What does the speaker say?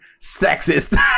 sexist